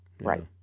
Right